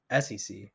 SEC